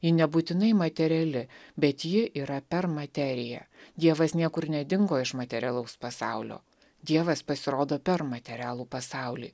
ji nebūtinai materiali bet ji yra per materiją dievas niekur nedingo iš materialaus pasaulio dievas pasirodo per materialų pasaulį